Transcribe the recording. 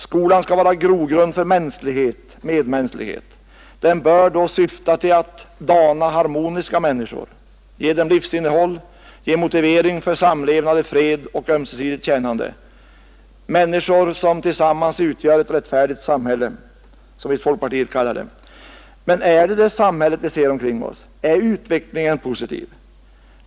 Skolan skall vara grogrund för mänsklighet, medmänsklighet; den bör då syfta till att dana harmoniska människor, ge dem livsinnehåll, ge motivering för samlevnad i fred och ömsesidigt tjänande — människor som tillsammans utgör ett rättfärdigt samhälle, som folkpartiet visst kallar det. Men är det det samhälle vi ser omkring oss? Är utvecklingen positiv?